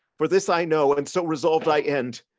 for this i know, and so resolved i end,